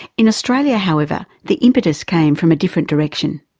in australia however, the impetus came from a different direction.